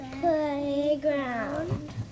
playground